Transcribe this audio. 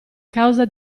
causa